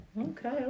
Okay